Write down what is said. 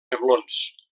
reblons